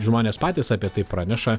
žmonės patys apie tai praneša